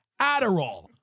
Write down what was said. Adderall